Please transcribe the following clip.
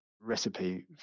recipe